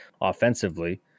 offensively